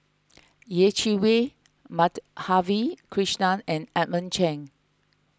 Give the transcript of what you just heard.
Yeh Chi Wei Madhavi Krishnan and Edmund Cheng